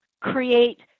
create